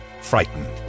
frightened